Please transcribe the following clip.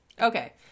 Okay